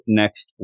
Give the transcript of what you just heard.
next